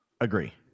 Agree